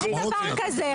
אין דבר כזה.